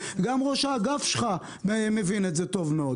גם ראש האגף שלך מבין את זה טוב מאוד,